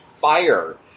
fire